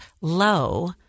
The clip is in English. low